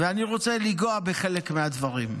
ואני רוצה לגעת בחלק מהדברים.